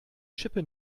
schippe